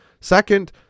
Second